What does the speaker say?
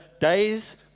days